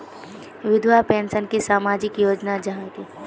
विधवा पेंशन की सामाजिक योजना जाहा की?